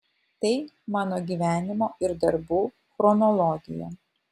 tai mano gyvenimo ir darbų chronologija